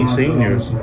seniors